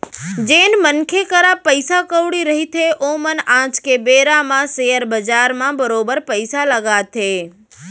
जेन मनखे करा पइसा कउड़ी रहिथे ओमन आज के बेरा म सेयर बजार म बरोबर पइसा लगाथे